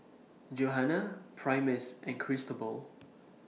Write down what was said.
Johana Primus and Cristobal